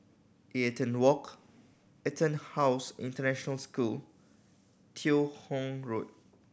Eaton Walk EtonHouse International School Teo Hong Road